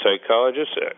psychologist